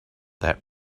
that